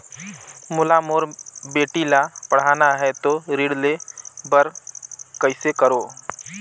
मोला मोर बेटी ला पढ़ाना है तो ऋण ले बर कइसे करो